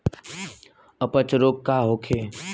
अपच रोग का होखे?